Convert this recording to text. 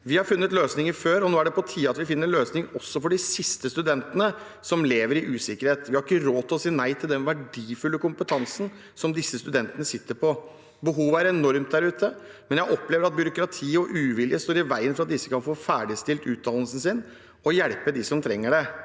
Vi har funnet løsninger før, og nå er det på tide at vi finner en løsning også for de siste studentene som lever i usikkerhet. Vi har ikke råd til å si nei til den verdifulle kompetansen som disse studentene sitter på. Behovet er enormt der ute, men jeg opplever at byråkrati og uvilje står i veien for at disse kan få ferdigstilt utdannelsen sin og hjelpe dem som trenger det.